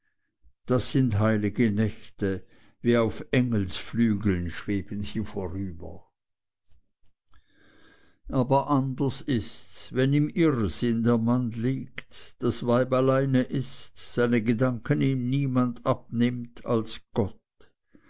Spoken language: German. das sind heilige nächte wie auf engelsflügeln schweben sie vorüber aber anders ists wenn im irrsinn der mann liegt das weib alleine ist seine gedanken ihm niemand abnimmt als gott